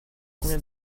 combien